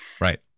right